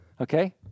Okay